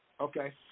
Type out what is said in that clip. Okay